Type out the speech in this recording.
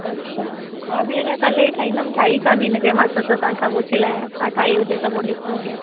अच्छा मां बि अञा कल्ह ई ठाहींदमि ठाही कोन्हे इन करे मां सोचियो तव्हांखां पुछी लाहियां तव्हां ठाही हुजे त पोइ ॾिसूं अॻियां